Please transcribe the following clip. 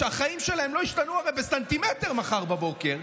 שהחיים שלהם הרי לא ישתנו בסנטימטר מחר בבוקר,